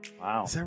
Wow